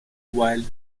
wild